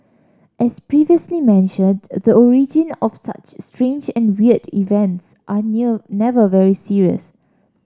as previously mentioned the origin of such strange and weird events are near never very serious